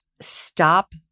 stop